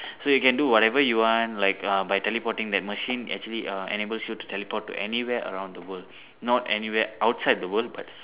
so you can do whatever you want like uh by teleporting that machine actually uh enables you to teleport to anywhere around the world not anywhere outside the world but